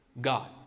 God